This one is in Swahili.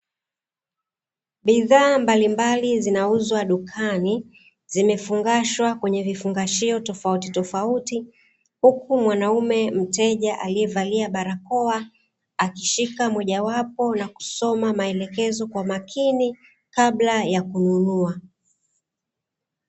Bidhaa mbalimbali zinauzwa dukani zimefungashwa kwenye vifungashio tofautitofauti, huku mwanaume mteja aliyevalia barakoa akishika moja wapo na kusoma maelezo kwa makini kabla ya kununua.